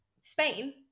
Spain